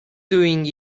doing